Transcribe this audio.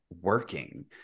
working